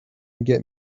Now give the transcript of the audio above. get